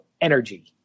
energy